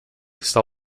está